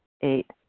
Eight